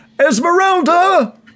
Esmeralda